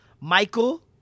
Michael